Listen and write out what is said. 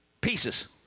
pieces